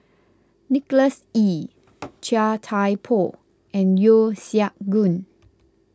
Nicholas Ee Chia Thye Poh and Yeo Siak Goon